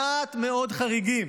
מעט מאוד חריגים.